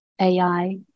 AI